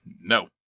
No